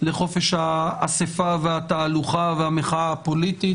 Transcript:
לחופש האסיפה והתהלוכה והמחאה הפוליטית.